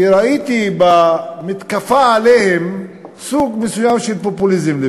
כי ראיתי במתקפה עליהם סוג מסוים של פופוליזם,